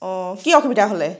অ' কি অসুবিধা হ'লে